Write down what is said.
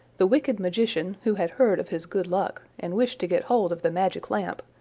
the wicked magician, who had heard of his good luck, and wished to get hold of the magic lamp,